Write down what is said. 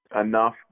enough